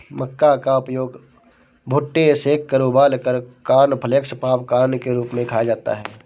मक्का का उपयोग भुट्टे सेंककर उबालकर कॉर्नफलेक्स पॉपकार्न के रूप में खाया जाता है